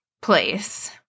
place